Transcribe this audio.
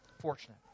fortunate